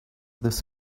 this